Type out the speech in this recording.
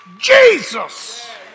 Jesus